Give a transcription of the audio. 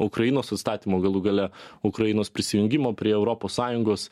ukrainos utstatymo galų gale ukrainos prisijungimo prie europos sąjungos